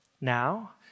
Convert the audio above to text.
now